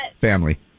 family